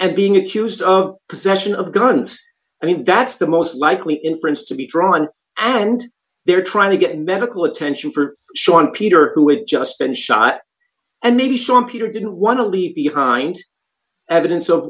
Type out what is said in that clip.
and being accused of possession of guns i mean that's the most likely inference to be drawn and they're trying to get medical attention for shawn peter who had just been shot and maybe schumpeter didn't want to leave behind evidence of